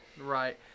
Right